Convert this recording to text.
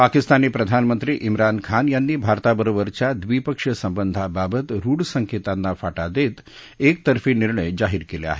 पाकिस्तानी प्रधानमंत्री मिनन खान यांनी भारताबरोबरच्या द्विपक्षीय संबधांबाबत रूढ संकेतांना फाटा देत एकतर्फी निर्णय जाहीर केले आहेत